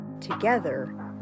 Together